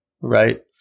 Right